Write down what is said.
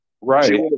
Right